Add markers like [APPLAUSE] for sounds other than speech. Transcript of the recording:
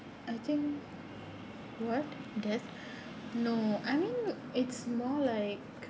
I think what death [BREATH] no I mean it's more like